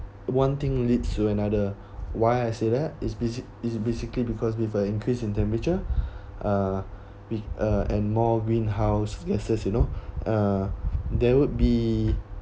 one thing leads to another why I said that is visit is basi~ is basically because with uh increase in temperature uh be~ and more greenhouse gases you know uh there would be